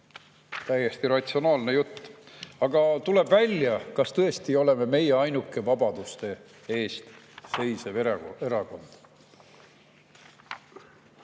täiesti ratsionaalne jutt. Aga kas tõesti oleme meie ainuke vabaduste eest seisev erakond?